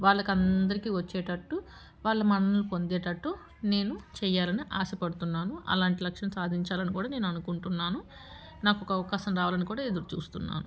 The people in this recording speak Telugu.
వాళ్ళకి అందరికీ వచ్చేటట్టు వాళ్ళ మన్ననలు పొందేటట్టు నేను చేయాలని ఆశపడుతున్నాను అలాంటి లక్ష్యన్ని సాధించాలని కూడా నేను అనుకుంటున్నాను నాకు ఒక అవకాశం రావాలని కూడా ఎదురు చూస్తున్నాను